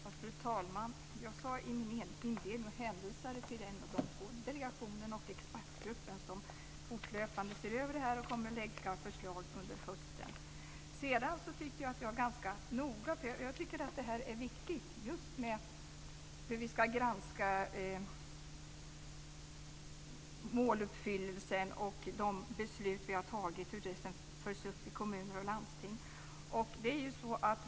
Fru talman! Jag sade i min inledning och hänvisade till både delegationen och expertgruppen som fortlöpande ser över detta och kommer att lägga fram förslag under hösten. Jag tyckte att jag uttryckte mig ganska noga, för jag tycker att det är viktigt just hur vi ska granska måluppfyllelsen och hur de beslut vi har fattat följs upp i kommuner och landsting.